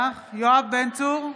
יואב בן צור,